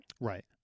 Right